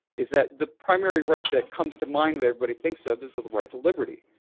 is that the primary right that comes to mind that everybody thinks of is the right to liberty.